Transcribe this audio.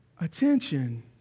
attention